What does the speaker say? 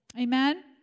Amen